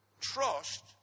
trust